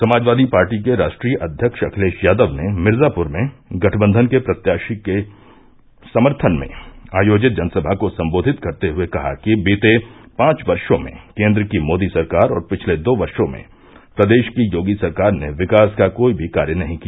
Samajwadi Party के राश्ट्रीय अध्यक्ष अखिलेष यादव ने मिर्जापुर में गठबंधन के प्रत्याषी के समर्थन में आयोजित जनसभा को सम्बोधित करते हये कहा कि बीते पांच वर्शो में केन्द्र की मोदी सरकार और पिछले दो वर्शो में प्रदेष की योगी सरकार ने विकास का कोई भी कार्य नही किया